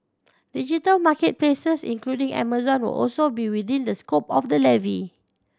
digital market places including Amazon would also be within the scope of the levy